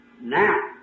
now